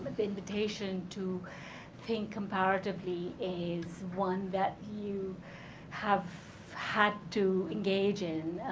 the invitation to think comparatively is one that you have had to engage in.